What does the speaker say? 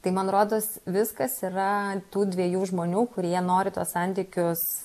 tai man rodos viskas yra tų dviejų žmonių kurie nori tuos santykius